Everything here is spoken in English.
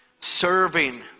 serving